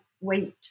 wait